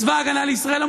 צבא הגנה לישראל,